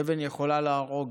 אבן יכולה להרוג